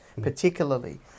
particularly